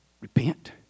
repent